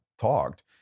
talked